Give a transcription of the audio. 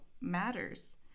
matters